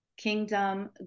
Kingdom